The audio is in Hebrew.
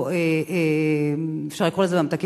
או אפשר לקרוא לזה ממתקים,